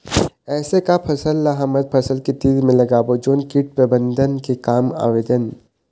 ऐसे का फसल ला हमर फसल के तीर मे लगाबो जोन कीट प्रबंधन के काम आवेदन?